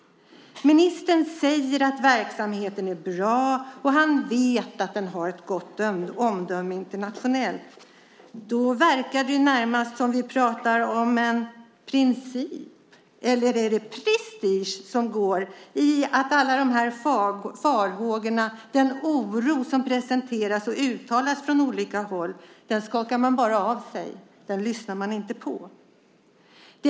Ministern säger att verksamheten är bra, och han vet att den har fått ett gott omdöme internationellt. Då verkar det närmast som att vi pratar om en princip. Eller är det prestige som gör att man bara skakar av sig alla de här farhågorna, den oro som presenteras och uttalas från olika håll? Man lyssnar inte på det.